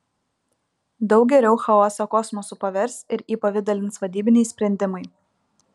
daug geriau chaosą kosmosu pavers ir įpavidalins vadybiniai sprendimai